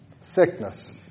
sickness